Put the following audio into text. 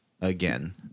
again